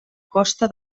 costa